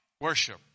worship